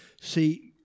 See